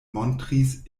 montris